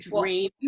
dream